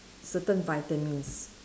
certain vitamins